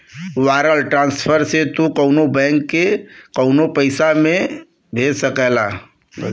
wire transfer से तू कउनो बैंक से कउनो बैंक में पइसा भेज सकेला